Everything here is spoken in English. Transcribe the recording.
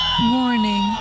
Morning